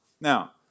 Now